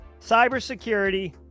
cybersecurity